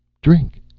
drink!